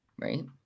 Right